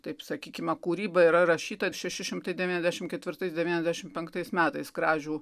taip sakykime kūryba yra rašyta šešišimtai devyniasdešimt ketvirtais devyniasdešimt penktais metais kražių